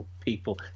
people